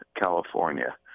California